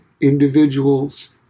individuals